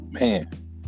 man